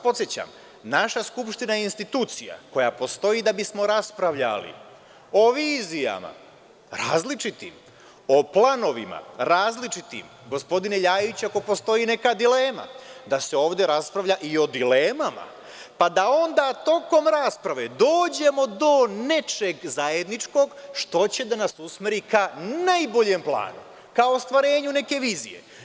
Podsećam vas, naša Skupština je institucija koja postoji da bismo raspravljali o vizijama različitim, o planovima različitim, gospodine Ljajiću, ako postoji neka dilema, da se ovde raspravlja i o dilemama, pa da onda tokom rasprave dođemo do nečeg zajedničkog što će da nas usmeri ka najboljem planu, ka ostvarenju neke vizije.